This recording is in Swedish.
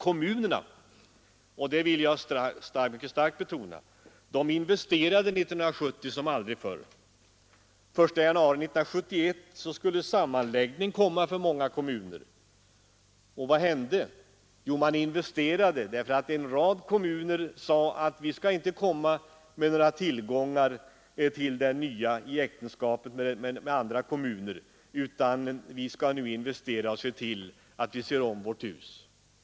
Kommunerna — det vill jag starkt betona — investerade 1970 som aldrig förr. Den 1 januari 1971 skulle en sammanläggning komma för många kommuner. Vad hände? Man investerade. En rad kommuner sade att vi skall inte komma med några tillgångar i äktenskapet med andra kommuner, utan vi skall nu investera och se om vårt hus.